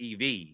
ev